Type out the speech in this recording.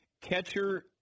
Catcher